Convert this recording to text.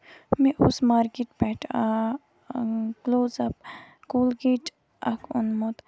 مےٚ اوس مارکیٹ پٮ۪ٹھ کٔلوز اپ کولگیٹ اکھ اوٚنمُت